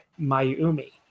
Mayumi